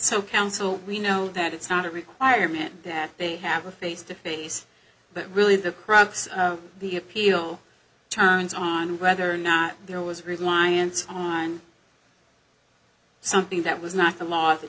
so counsel we know that it's not a requirement that they have a face to face but really the crux of the appeal turns on whether or not there was reliance on something that was not the law of the